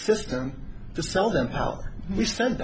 system to sell them we sen